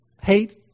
Hate